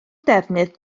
defnydd